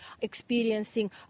experiencing